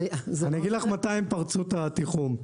אני אגיד לך מתי הם פרצו א התיחום.